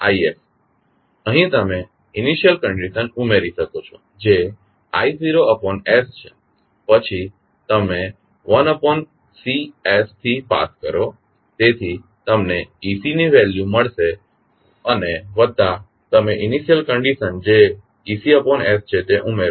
હવે I અહીં તમે ઇનિશ્યલ કંડીશન ઉમેરી શકો છો જે is છે અને પછી તમે 1Cs થી પાસ કરો તેથી તમને ec ની વેલ્યુ મળશે અને વત્તા તમે ઇનિશ્યલ કંડીશન જે ecs છે તે ઉમેરો